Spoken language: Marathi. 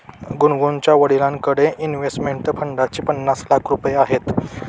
गुनगुनच्या वडिलांकडे इन्व्हेस्टमेंट फंडसाठी पन्नास लाख रुपये आहेत